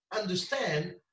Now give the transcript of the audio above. understand